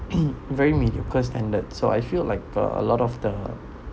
very mediocre standard so I feel like uh a lot of the